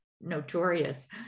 notorious